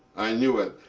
i knew it.